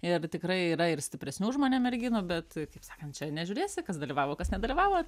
ir tikrai yra ir stipresnių už mane merginų bet kaip sakant čia nežiūrėsi kas dalyvavo kas nedalyvavo